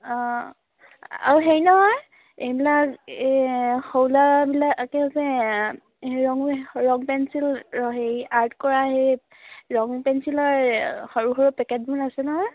অঁ আৰু হেৰি নহয় এইবিলাক এই সৰু ল'ৰাবিলাকেও যে ৰং পেঞ্চিল অঁ হেৰি আৰ্ট কৰা সেই ৰং পেঞ্চিলৰ সৰু সৰু পেকেটবোৰ আছে নহয়